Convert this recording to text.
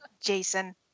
Jason